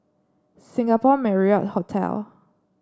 Singapore Marriott Hotel